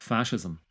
Fascism